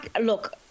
Look